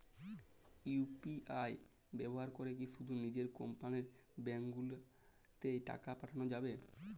UPI ব্যবহার করে কি শুধু নিজের কোম্পানীর ব্যাংকগুলিতেই টাকা পাঠানো যাবে?